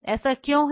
ऐसा क्यों है